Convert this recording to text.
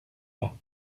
pas